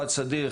אחד סדיר,